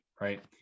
Right